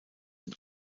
den